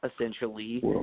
essentially